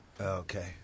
Okay